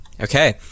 okay